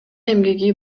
эмгеги